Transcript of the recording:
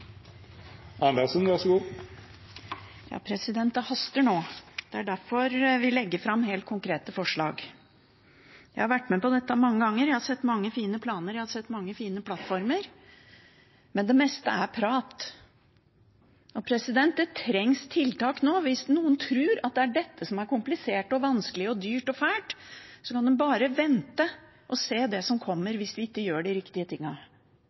derfor vi legger fram helt konkrete forslag. Jeg har vært med på dette mange ganger. Jeg har sett mange fine planer, jeg har sett mange fine plattformer, men det meste er prat. Det trengs tiltak nå. Hvis noen tror at det er dette som er komplisert og vanskelig og dyrt og fælt, kan de bare vente og se på det som kommer hvis vi ikke gjør de riktige